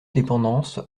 dépendances